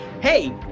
Hey